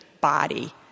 body